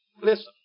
Listen